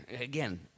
Again